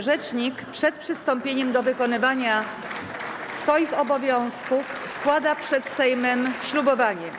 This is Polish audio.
Rzecznik przed przystąpieniem do wykonywania swoich obowiązków składa przed Sejmem ślubowanie.